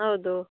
ಹೌದು